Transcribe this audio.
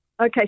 Okay